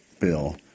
bill